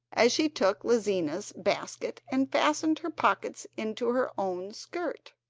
as she took lizina's basket and fastened her pockets into her own skirt.